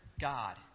God